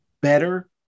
better